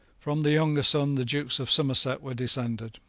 from the younger son the dukes of somerset were descended.